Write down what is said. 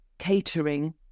catering